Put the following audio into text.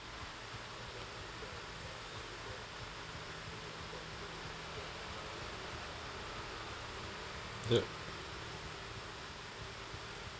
yup